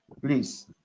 please